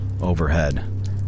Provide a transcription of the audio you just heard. overhead